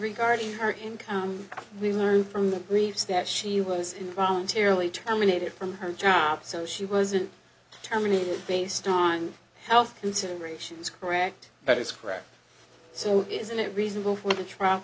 regarding her income we learned from the briefs that she was in voluntarily terminated from her job so she wasn't terminated based on health considerations correct that is correct so isn't it reasonable for the tr